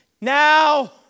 now